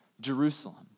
Jerusalem